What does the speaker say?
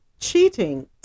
cheating